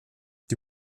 die